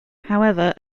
however